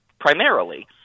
primarily